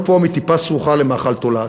אני חושב שכולנו פה מטיפה סרוחה למאכל תולעת.